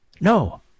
no